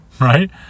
right